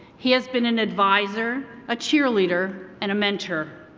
he has been an advisor, a cheerleader and a mentor.